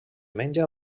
menja